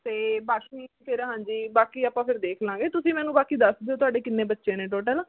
ਅਤੇ ਬਾਕੀ ਫਿਰ ਹਾਂਜੀ ਬਾਕੀ ਆਪਾਂ ਫਿਰ ਦੇਖ ਲਵਾਂਗੇ ਤੁਸੀਂ ਮੈਨੂੰ ਬਾਕੀ ਦੱਸ ਦਿਓ ਤੁਹਾਡੇ ਕਿੰਨੇ ਬੱਚੇ ਨੇ ਟੋਟਲ